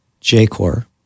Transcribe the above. J-Core